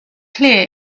clear